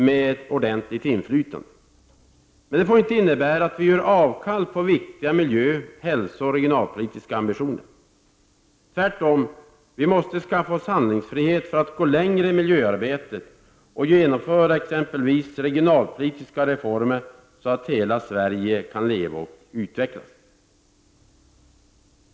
Men detta får inte innebära att vi avstår från viktiga miljö-, hälsooch regionalpolitiska ambitioner, tvärtom. Vi måste skaffa oss handlingsfrihet för att gå längre i miljöarbetet och för att genomföra regionalpolitiska reformer så att hela Sverige kan leva och utvecklas. Herr talman!